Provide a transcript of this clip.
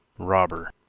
robber,